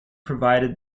provided